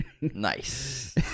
nice